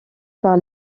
par